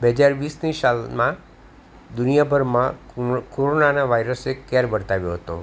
બે હજાર વીસની સાલમાં દુનિયાભરમાં કોરોનાના વાયરસે કેર વર્તાવ્યો હતો